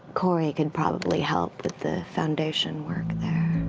cori can probably help with the foundation work there.